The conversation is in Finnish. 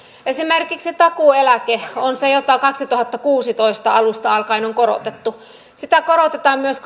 esimerkiksi takuueläke on se jota vuoden kaksituhattakuusitoista alusta alkaen on korotettu sitä korotetaan myös